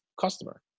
customer